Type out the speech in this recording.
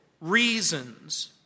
reasons